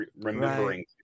remembering